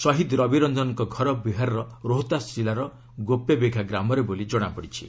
ଶହୀଦ୍ ରବିରଞ୍ଜନଙ୍କ ଘର ବିହାରର ରୋହତାସ ଜିଲ୍ଲାର ଗୋପେବିଘା ଗ୍ରାମରେ ବୋଲି ଜଣାପଡ଼ିଛି